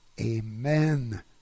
Amen